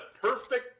perfect